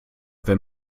wenn